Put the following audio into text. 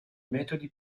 metodi